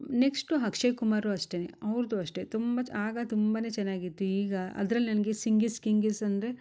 next Akshay Kumar ಅಷ್ಟೆನೆ ಅವ್ರ್ದುಅಷ್ಟೆ ತುಂಬ ಚ್ ಆಗ ತುಂಬಾನೆ ಚೆನ್ನಾಗಿತ್ತು ಈಗ ಅದ್ರಲ್ಲಿ ನನಗೆ ಸಿಂಗ್ ಇಸ್ ಕಿಂಗ್ ಈಸ್ ಅಂದರೆ